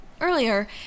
earlier